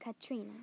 Katrina